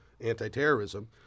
anti-terrorism